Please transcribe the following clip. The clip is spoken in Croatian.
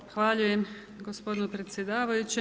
Zahvaljujem gospodinu predsjedavajućem.